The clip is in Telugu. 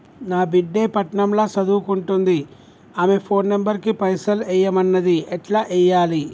నా బిడ్డే పట్నం ల సదువుకుంటుంది ఆమె ఫోన్ నంబర్ కి పైసల్ ఎయ్యమన్నది ఎట్ల ఎయ్యాలి?